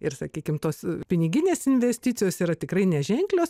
ir sakykim tos piniginės investicijos yra tikrai neženklios